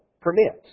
permits